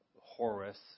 Horus